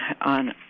on